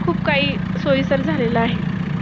खूप काही सोईस्कर झालेलं आहे